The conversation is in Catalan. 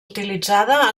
utilitzada